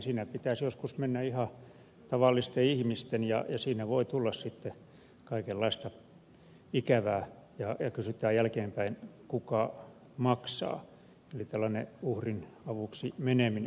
siinä pitäisi joskus mennä ihan tavallisten ihmisten ja siinä voi tulla sitten kaikenlaista ikävää ja kysytään jälkeenpäin kuka maksaa eli tällainen uhrin avuksi meneminen